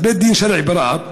אז בית דין שרעי ברהט,